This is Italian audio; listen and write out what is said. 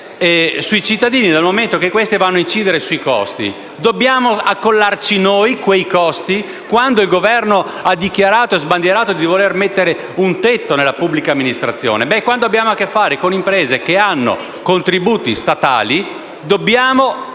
sui cittadini, dal momento che esse vanno ad incidere sui costi. Dobbiamo accollarci noi quei costi? Poiché il Governo ha sbandierato di voler mettere un tetto alle retribuzioni nella pubblica amministrazione, quando abbiamo a che fare con imprese che ricevono contributi statali dobbiamo